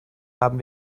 haben